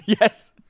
Yes